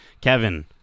Kevin